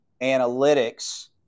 analytics